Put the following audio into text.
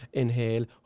inhale